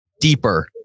deeper